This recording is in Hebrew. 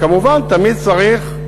כמובן, תמיד צריך,